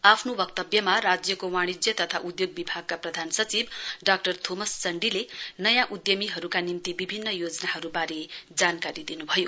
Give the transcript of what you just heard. आफ्नो वक्तव्यमा राज्यको वाणिज्य तथा उद्घोग विभागका प्रधान सचिव डाक्टर थोमस चाण्डीले नयाँ उद्धमीहरुका निम्ति विभिन्न योजनाहरुवारे जानकारी दिनुभयो